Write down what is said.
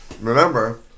Remember